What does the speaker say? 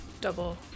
double